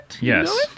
Yes